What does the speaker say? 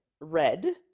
red